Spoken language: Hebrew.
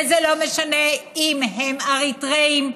ולא משנה אם הם אריתריאים,